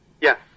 Yes